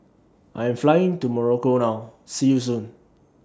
I Am Flying to Morocco now See YOU Soon